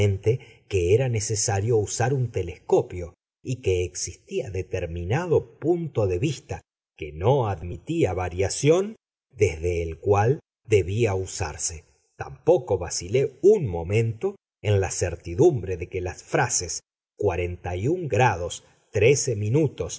que era necesario usar un telescopio y que existía determinado punto de vista que no admitía variación desde el cual debía usarse tampoco vacilé un momento en la certidumbre de que las frases cuarenta y un grados trece minutos